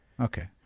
okay